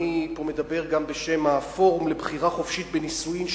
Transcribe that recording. אני מדבר פה גם בשם הפורום לבחירה חופשית בנישואים,